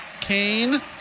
Kane